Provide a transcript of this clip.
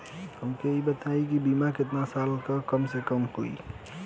हमके ई बताई कि बीमा केतना साल ला कम से कम होई?